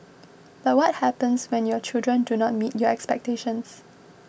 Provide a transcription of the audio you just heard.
but what happens when your children do not meet your expectations